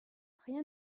rien